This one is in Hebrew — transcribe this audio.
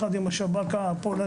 בנפרד פגישה עם השב"כ הפולני,